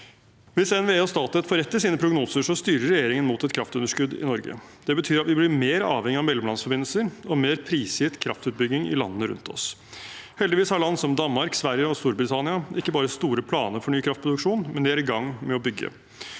Hvis NVE og Statnett får rett i sine prognoser, styrer regjeringen mot et kraftunderskudd i Norge. Det betyr at vi blir mer avhengig av mellomlandsforbindelser og mer prisgitt kraftutbygging i landene rundt oss. Heldigvis har land som Danmark, Sverige og Storbritannia ikke bare store planer for ny kraftproduksjon, men de er i gang med å bygge.